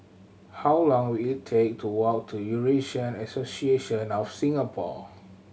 how long will it take to walk to Eurasian Association of Singapore